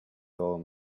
old